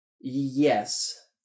Yes